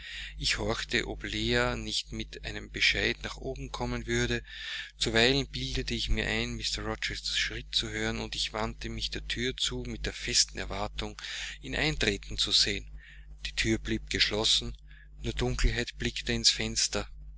ich horchte ob leah nicht mit einem bescheid nach oben kommen würde zuweilen bildete ich mir ein mr rochesters schritt zu hören und ich wandte mich der thür zu in der festen erwartung ihn eintreten zu sehen die thür blieb geschlossen nur dunkelheit blickte ins fenster